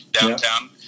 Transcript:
downtown